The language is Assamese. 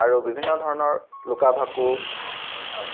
আৰু বিভিন্ন ধৰণৰ লুকা ভাকু